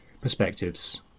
perspectives